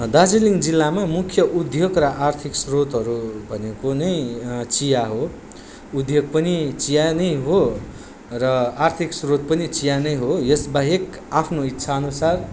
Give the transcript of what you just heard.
दार्जिलिङ जिल्लामा मुख्य उद्योग र आर्थिक स्रोतहरू भनेको नै चिया हो उद्योग पनि चिया नै हो र आर्थिक स्रोत पनि चिया नै हो यसबाहेक आफ्नो इच्छा अनुसार